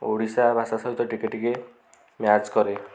ଓଡ଼ିଶା ଭାଷା ସହିତ ଟିକେ ଟିକେ ମ୍ୟାଚ୍ କରେ